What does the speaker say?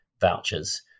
vouchers